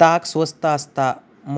ताग स्वस्त आसता,